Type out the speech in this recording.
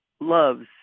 loves